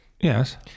Yes